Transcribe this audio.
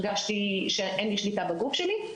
הרגשתי שאין לי שליטה בגוף שלי.